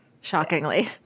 Shockingly